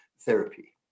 therapy